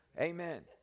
Amen